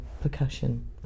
percussion